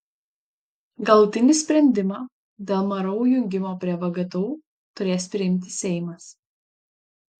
galutinį sprendimą dėl mru jungimo prie vgtu turės priimti seimas